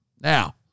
Now